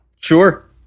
sure